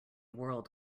world